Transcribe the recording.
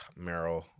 Meryl